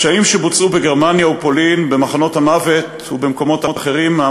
הפשעים שבוצעו בגרמניה ופולין במחנות המוות ובמקומות אחרים הם